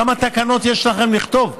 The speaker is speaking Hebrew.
כמה תקנות יש לכם לכתוב?